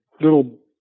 little